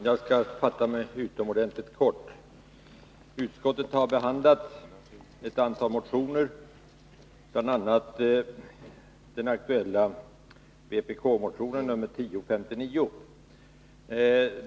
Herr talman! Jag skall fatta mig utomordentligt kort. Utskottet har behandlat ett antal motioner, bl.a. den aktuella vpkmotionen, nr 1059.